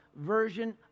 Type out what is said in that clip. version